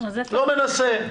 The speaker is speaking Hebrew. לא מנסה.